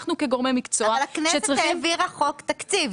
אנחנו כגורמי מקצוע --- אבל הכנסת העבירה חוק תקציב,